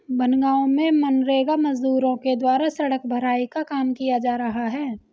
बनगाँव में मनरेगा मजदूरों के द्वारा सड़क भराई का काम किया जा रहा है